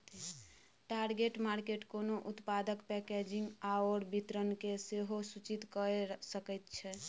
target market कोनो उत्पादक packaging आओर वितरणकेँ सेहो सूचित कए सकैत छै